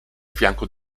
fianco